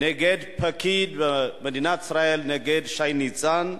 נגד פקיד במדינת ישראל, נגד שי ניצן,